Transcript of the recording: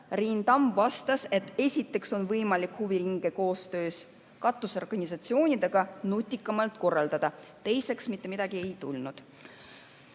Riin Tamm vastas, et esiteks on võimalik huviringe koostöös katusorganisatsioonidega nutikamalt korraldada, ja teiseks, mitte midagi ei tulnud.